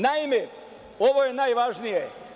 Naime, ovo je najvažnije.